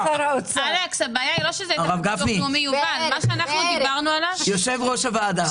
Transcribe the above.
מה שאנחנו דיברנו עליו,